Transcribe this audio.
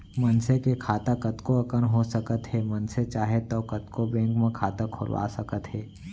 मनसे के खाता कतको अकन हो सकत हे मनसे चाहे तौ कतको बेंक म खाता खोलवा सकत हे